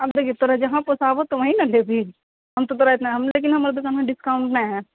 आब देखिओ तोरा जहाँ पोसाओत वहीं ने लेबै हम तऽ तोरा इतना लेकिन हमर दोकानमे डिस्काउन्ट नहि होयत